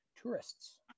tourists